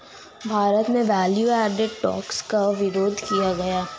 भारत में value added tax का विरोध किया गया